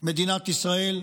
מדינת ישראל,